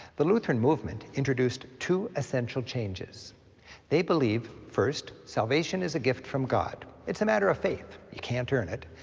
the lutheran movement introduced two essential changes they believe, first, salvation is a gift from god. it's a matter of faith. you can't earn it.